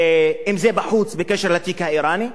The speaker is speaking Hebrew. אם בחוץ, בקשר לתיק האירני,